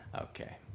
Okay